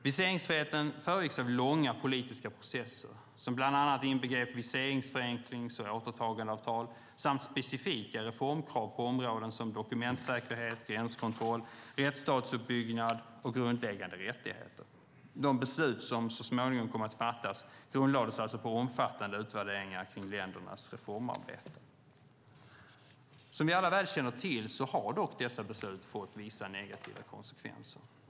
Viseringsfriheten föregicks av långa politiska processer som bland annat inbegrep viseringsförenklings och återtagandeavtal samt specifika reformkrav på områden som dokumentsäkerhet, gränskontroll, rättsstatsuppbyggnad och grundläggande rättigheter. De beslut som så småningom kom att fattas grundades alltså på omfattande utvärderingar kring ländernas reformarbete. Som vi alla väl känner till har dock dessa beslut fått vissa negativa konsekvenser.